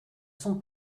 son